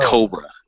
Cobra